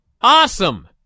awesome